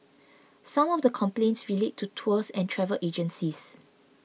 some of the complaints relate to tours and travel agencies